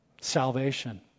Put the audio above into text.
Salvation